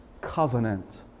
covenant